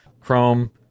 Chrome